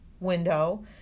window